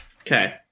Okay